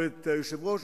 או את היושב-ראש,